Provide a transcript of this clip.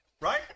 Right